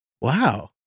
wow